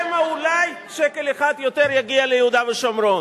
שמא, אולי, שקל אחד יותר יגיע ליהודה ושומרון.